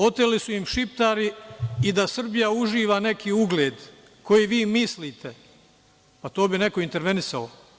Oteli su im šiptari i da Srbija uživa neki ugled koji vi mislite, neko bi intervenisao.